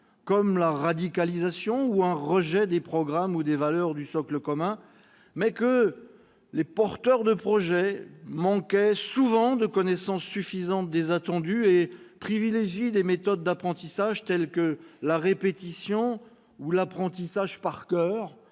comme la radicalisation ou un rejet des programmes ou des valeurs du socle commun, mais ont relevé que les porteurs de projet manquent souvent de connaissance suffisante des attendus et privilégient des méthodes d'apprentissage fondées sur la répétition ou le par coeur,